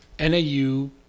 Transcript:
NAU